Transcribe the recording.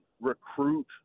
recruit